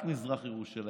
רק מזרח ירושלים.